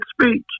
speech